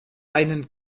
einen